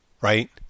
right